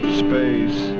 space